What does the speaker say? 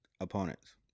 opponents